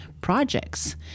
projects